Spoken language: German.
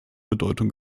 bedeutung